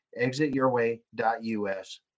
exityourway.us